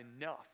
enough